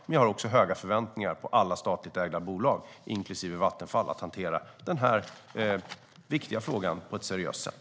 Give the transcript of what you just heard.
Men jag har också höga förväntningar på alla statligt ägda bolag, inklusive Vattenfall, att hantera denna viktiga fråga på ett seriöst sätt.